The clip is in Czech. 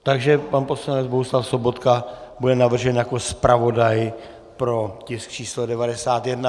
Takže pan poslanec Bohuslav Sobotka bude navržen jako zpravodaj pro tisk číslo 91.